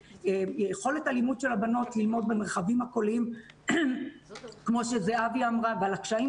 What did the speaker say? יכולת הלימוד של הבנות ללמוד במרחבים הקוליים כמו שזהבי אמרה על הקשיים,